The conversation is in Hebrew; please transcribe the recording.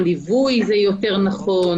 או ליווי זה יותר נכון.